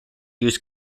use